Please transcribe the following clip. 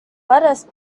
lettuce